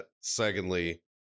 Secondly